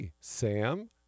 Sam